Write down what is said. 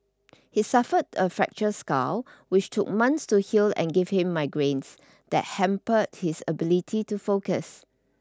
he suffered a fracture skull which took months to heal and gave him migraines that hampered his ability to focus